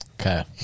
Okay